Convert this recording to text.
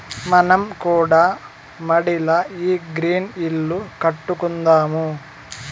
మనం కూడా మడిల ఈ గ్రీన్ ఇల్లు కట్టుకుందాము